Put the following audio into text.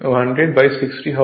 কারণ f210060 হবে